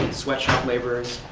sweat shop laborers,